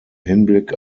hinblick